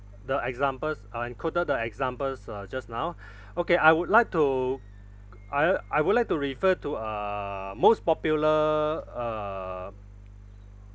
the examples uh you quoted the examples uh just now okay I would like to I I would like to refer to uh most popular uh